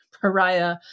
pariah